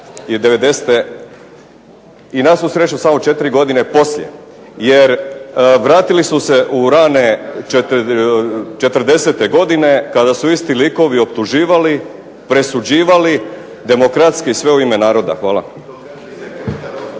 i na svu sreću samo 4 godine poslije, jer vratili su se u rane 40-te godine kada su isti likovi optuživali, presuđivali demokratski sve u ime naroda. Hvala.